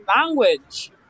language